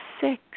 six